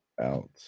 out